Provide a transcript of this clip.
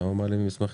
למה מעלימים מסמכים?